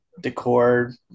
decor